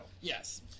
Yes